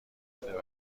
بوده